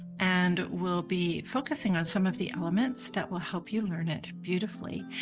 and we'll be focusing on some of the elements that will help you learn it beautifully.